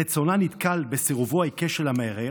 רצונה נתקל בסירובו העיקש של המערער,